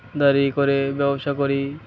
করে ব্যবসা করি